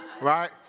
Right